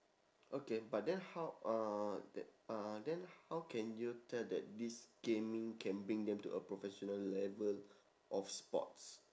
okay but then how uh th~ uh then how can you tell that this gaming can bring them to a professional level of sports